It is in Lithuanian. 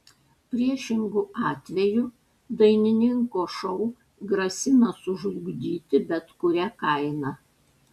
priešingu atveju dainininko šou grasina sužlugdyti bet kuria kaina